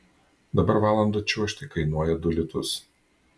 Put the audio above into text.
dabar valandą čiuožti kainuoja du litus